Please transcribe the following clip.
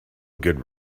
good